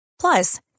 Plus